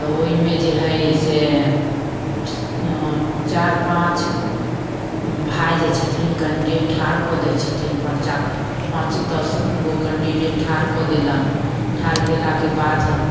तऽ ओइमे जे है से चारि पाँच भाय जे छथिन कैण्डिडेट ठारकऽ दै छेथिन परचा पाँच दस गो कैण्डिडेट ठार कऽ देलनि ठार कयलाके बाद